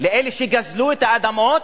לאלה שגזלו את האדמות,